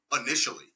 initially